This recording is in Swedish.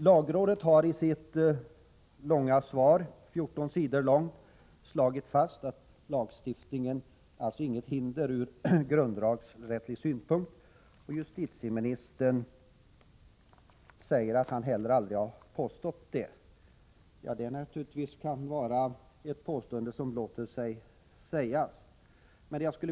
Lagrådet har i sitt utförliga svar, 14 sidor långt, slagit fast att en lagstiftning mot kollektivanslutning inte utgör något hinder ur grundlagsrättslig synpunkt. Justitieministern säger att han aldrig har påstått det heller. Det kan naturligtvis vara något som låter sig sägas.